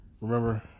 remember